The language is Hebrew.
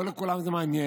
לא את כולם זה מעניין,